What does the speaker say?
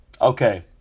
Okay